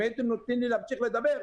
אם הייתם נותנים לי להמשיך לדבר,